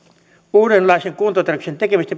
uudenlaisen kuntotarkastuksen tekemisestä